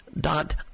dot